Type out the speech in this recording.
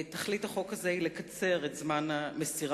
תכלית החוק הזה היא לקצר את הזמן למסירת